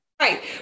right